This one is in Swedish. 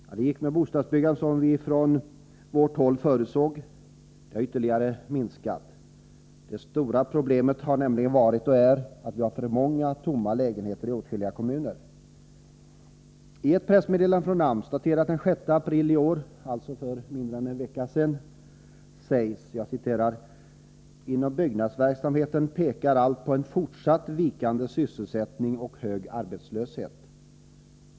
Ja, det gick med bostadsbyggandet som vi från vårt håll förutsåg. Det har ytterligare minskat. Det stora problemet har nämligen varit — och är — att vi har för många tomma lägenheter i åtskilliga kommuner. I ett pressmeddelande från AMS daterat den 6 april i år, alltså för mindre än en vecka sedan, sägs: ”Inom byggnadsverksamheten pekar allt på en fortsatt vikande sysselsättning och hög arbetslöshet.